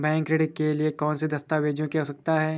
Bank ऋण के लिए कौन से दस्तावेजों की आवश्यकता है?